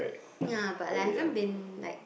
ya but like I haven't been like